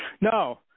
No